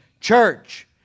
church